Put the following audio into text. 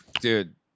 dude